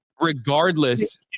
regardless